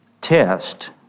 test